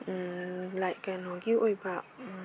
ꯀꯩꯅꯣꯒꯤ ꯑꯣꯏꯕ